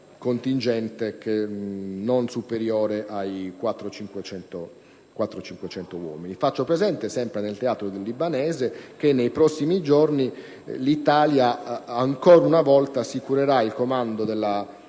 contingente non superiore ai 400-500 uomini. Faccio presente, sempre nel teatro libanese, che nei prossimi giorni l'Italia assicurerà ancora una volta il comando della